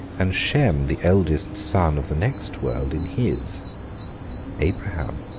and shem, the eldest son of the next world, in his abraham,